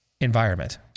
environment